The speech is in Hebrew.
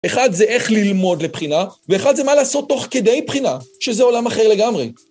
אחד זה איך ללמוד לבחינה, ואחד זה מה לעשות תוך כדי בחינה, שזה עולם אחר לגמרי.